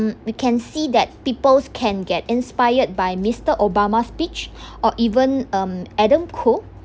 we can see that people can get inspired by mister obama speech or even um adam khoo